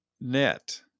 net